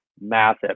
massive